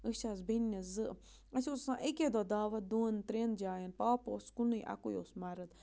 أسۍ آسہٕ بیٚنہِ زٕ اَسہِ اوس آسان اَکے دۄہ دعوت دۄن ترٛٮ۪ن جایَن پاپہٕ اوس کُنُے اَکُے اوس مَرٕد